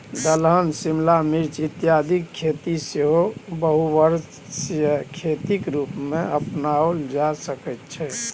दलहन शिमला मिर्च इत्यादिक खेती सेहो बहुवर्षीय खेतीक रूपमे अपनाओल जा सकैत छै